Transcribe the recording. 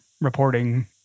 reporting